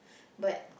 but